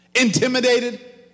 intimidated